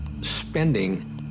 spending